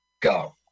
go